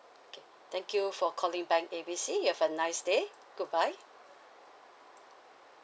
okay thank you for calling bank A B C you have a nice day goodbye